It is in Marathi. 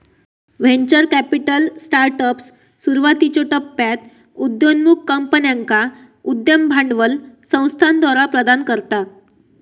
व्हेंचर कॅपिटल स्टार्टअप्स, सुरुवातीच्यो टप्प्यात उदयोन्मुख कंपन्यांका उद्यम भांडवल संस्थाद्वारा प्रदान करता